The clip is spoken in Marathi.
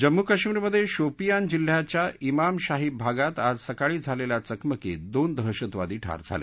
जम्मू कश्मिरमधे शोपियान जिल्ह्याच्या ज्ञाम शाहीब भागात आज सकाळी झालेल्या चकमकीत दोन दहशतवादी ठार झाले